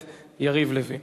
אין מתנגדים, אין נמנעים.